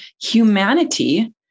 humanity